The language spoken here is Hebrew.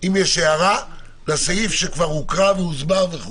אם יש הערה לסעיף שכבר הוקרא והוסבר.